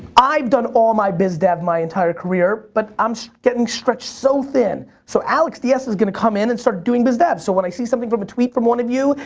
i've done all my biz dev my entire career, but, i'm getting stretched so thin. so, alex ds is gonna come in and start doing biz dev. so, when i see something from a tweet from one of you,